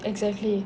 exactly